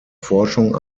forschung